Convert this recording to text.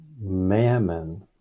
mammon